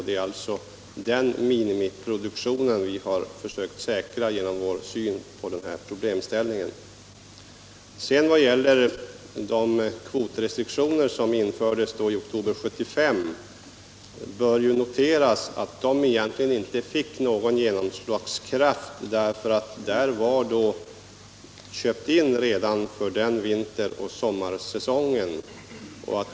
Det är den härför nödvändiga minimiproduktionen vi på detta sätt har försökt säkra. När det gäller de kvotrestriktioner som infördes i oktober 1975 bör det noteras att de egentligen inte fick någon genomslagskraft, eftersom man då redan hade köpt in för vinteroch sommarsäsongen.